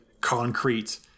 concrete